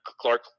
Clark